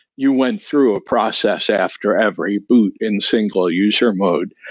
you went through a process after every boot in single user mode,